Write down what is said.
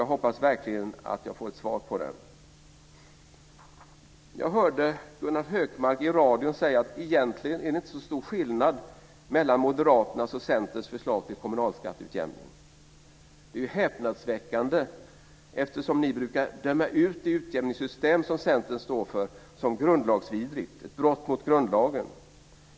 Jag hoppas verkligen att jag får ett svar på den. Jag hörde Gunnar Hökmark säga i radion att det egentligen inte är så stor skillnad mellan Moderaternas och Centerns förslag till kommunalskatteutjämning. Det är häpnadsväckande. Ni brukar ju döma ut det utjämningssystem som Centern står för som grundlagsvidrigt. Ni påstår att det är ett brott mot grundlagen.